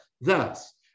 Thus